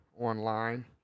online